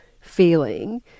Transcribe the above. feeling